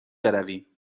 برویم